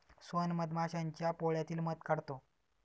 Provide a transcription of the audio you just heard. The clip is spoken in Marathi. सोहन मधमाश्यांच्या पोळ्यातील मध काढतो